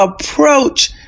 approach